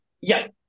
Yes